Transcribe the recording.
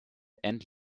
and